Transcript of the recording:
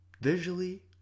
visually